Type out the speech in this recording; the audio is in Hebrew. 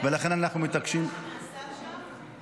ולכן אנחנו מתעקשים ----- קפיצות דרך.